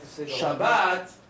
Shabbat